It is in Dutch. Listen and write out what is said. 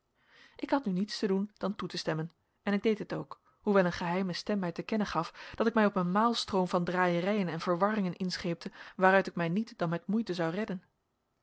ik had nu niets te doen dan toe te stemmen en ik deed dit ook hoewel een geheime stem mij te kennen gaf dat ik mij op een maalstroom van draaierijen en verwarringen inscheepte waaruit ik mij niet dan met moeite zou redden